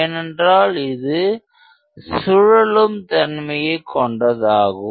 ஏனென்றால் அது சுழலும் தன்மையைக் கொண்டதாகும்